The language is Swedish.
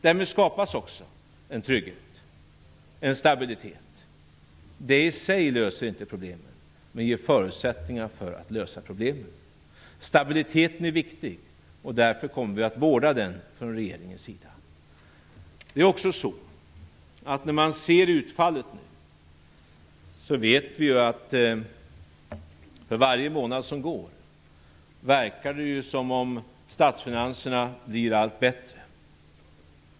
Därmed skapas också en trygghet och en stabilitet. Det i sig löser inte problemen, men det ger förutsättningar för en lösning. Stabiliteten är viktig. Därför kommer vi att vårda den från regeringens sida. När man ser utfallet verkar det också som om statsfinanserna för varje månad som går blir allt bättre.